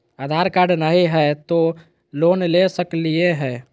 आधार card नही हय, तो लोन ले सकलिये है?